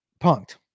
punked